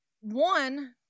One